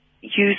use